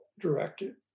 directed